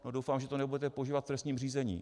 No, doufám, že to nebudete používat v trestním řízení.